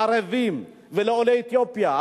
לערבים ולעולי אתיופיה,